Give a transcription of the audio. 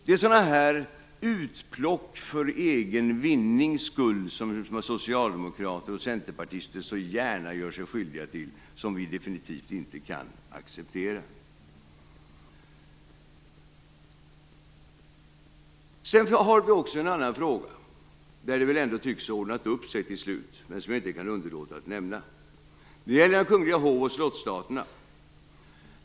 Det är sådana här utplock för egen vinnings skull, som socialdemokrater och centerpartister så gärna gör sig skyldiga till, som vi definitivt inte kan acceptera. Det gäller Kungliga hov och slottsstaten.